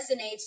resonates